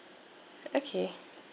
okay